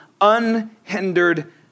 unhindered